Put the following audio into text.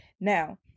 Now